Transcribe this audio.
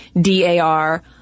DAR